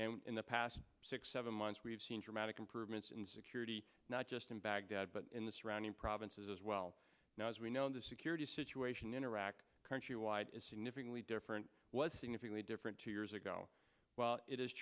and in the past six seven months we've seen dramatic improvements in security not just in baghdad but in the surrounding provinces as well as we know the security situation in iraq countrywide is significantly different was significantly different two years ago while it is